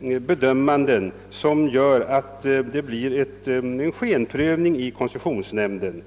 be dömningar som medför skenprövning i koncessionsnämnden.